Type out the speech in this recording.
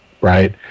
right